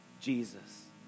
Jesus